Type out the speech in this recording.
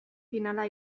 finala